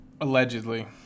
Allegedly